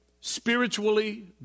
spiritually